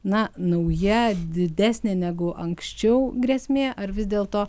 na nauja didesnė negu anksčiau grėsmė ar vis dėlto